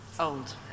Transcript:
old